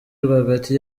rwagati